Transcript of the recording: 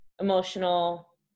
emotional